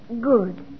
good